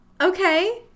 okay